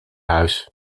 huis